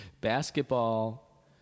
basketball